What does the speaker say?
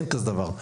אין כזה דבר.